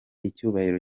icyubahiro